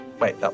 Wait